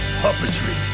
puppetry